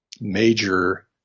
major